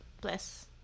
Bless